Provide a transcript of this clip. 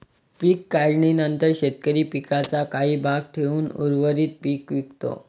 पीक काढणीनंतर शेतकरी पिकाचा काही भाग ठेवून उर्वरित पीक विकतो